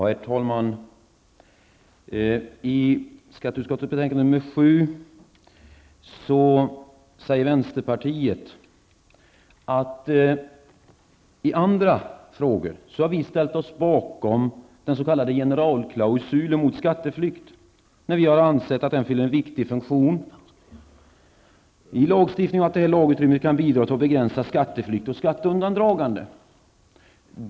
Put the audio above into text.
Herr talman! Till skatteutskottets betänkande nr 7 har vänsterpartiet fogat en meningsyttring. I andra frågor har vi ställt oss bakom den s.k. generalklausulen mot skatteflykt. Vi anser att den fyller en viktig funktion i lagstiftningen, och att detta lagutrymme kan bidra till att begränsa skatteflykt och skatteundandragande.